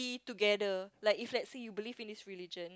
eat together like if let's say you believe in this religion